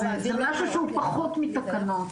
זה משהו שהוא פחות מתקנות.